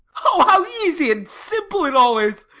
oh, how easy and simple it all is!